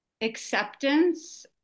acceptance